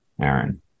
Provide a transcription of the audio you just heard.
Aaron